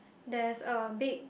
there's a big